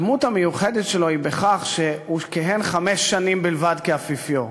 הדמות המיוחדת שלו היא בכך שהוא כיהן חמש שנים בלבד כאפיפיור,